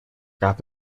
gab